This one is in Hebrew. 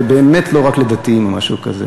ובאמת לא רק לדתיים או משהו כזה.